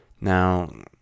Now